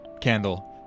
Candle